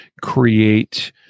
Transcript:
create